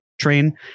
train